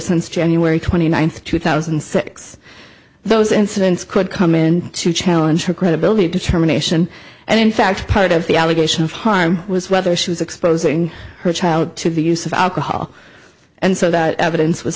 since january twenty ninth two thousand and six those incidents could come in to challenge her credibility determination and in fact part of the allegation of harm was whether she was exposing her child to the use of alcohol and so that evidence was